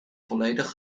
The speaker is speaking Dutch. volledig